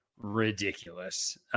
ridiculous